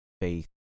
faith